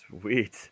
Sweet